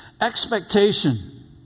Expectation